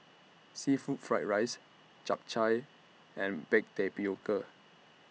Seafood Fried Rice Chap Chai and Baked Tapioca